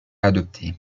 adopter